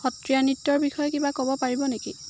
সত্ৰীয়া নৃত্যৰ বিষয়ে কিবা ক'ব পাৰিব নেকি